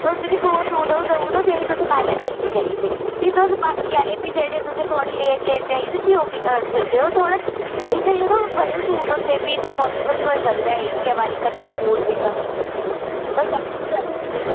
ते तुस मिगी दो सूट देई ओड़ो जेह्ड़े तुसें पैह्लें जल्दी चाहिदे तुस बाकी आह्ले जेह्ड़े तुसें थोह्ड़े लेट लेट चाहिदे भी ओह् तुस मिगी देओ थोह्ड़ा इक जरो बड़े सूट होंदे भी इन्ना पाासिबल निं होई सकदा ऐ इक्कै बारी किट्ठे सूट सीना तुस समझी सकदे भी